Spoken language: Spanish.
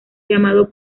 llamado